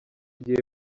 gihe